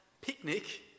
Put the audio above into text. picnic